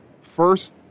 First